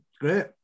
great